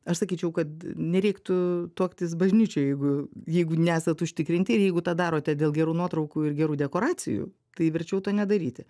aš sakyčiau kad nereiktų tuoktis bažnyčioje jeigu jeigu nesat užtikrinti ir jeigu tą darote dėl gerų nuotraukų ir gerų dekoracijų tai verčiau to nedaryti